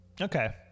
Okay